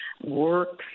works